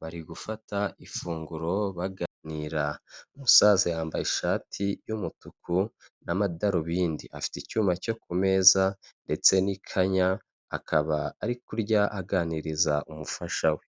bari gufata ifunguro baganira, umusaza yambaye ishati y'umutuku namadarubindi ,afite icyuma cyo kumeza ndetse nikanya akaba ari kurya aganiriza umufasha we.